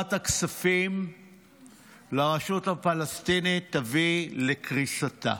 אי-העברת הכספים לרשות הפלסטינית תביא לקריסתה,